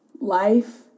life